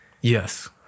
yes